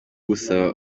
gusaba